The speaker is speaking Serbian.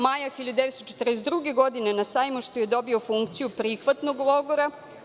Maja 1942. godine na Sajmištu je dobio funkciju prihvatnog logora.